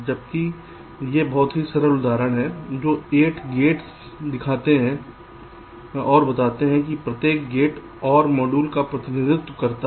जबकि ये बहुत ही सरल उदाहरण हैं जो 8 गेट दिखाते हैं और बताते हैं कि प्रत्येक गेट OR मॉड्यूल का प्रतिनिधित्व करता है